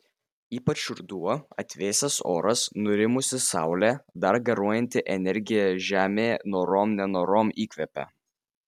ypač ruduo atvėsęs oras nurimusi saulė dar garuojanti energija žemė norom nenorom įkvepia